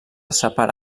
separa